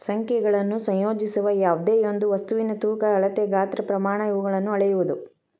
ಸಂಖ್ಯೆಗಳನ್ನು ಸಂಯೋಜಿಸುವ ಯಾವ್ದೆಯೊಂದು ವಸ್ತುವಿನ ತೂಕ ಅಳತೆ ಗಾತ್ರ ಪ್ರಮಾಣ ಇವುಗಳನ್ನು ಅಳೆಯುವುದು